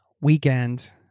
weekend